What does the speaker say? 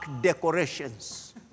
decorations